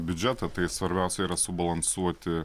biudžetą tai svarbiausia yra subalansuoti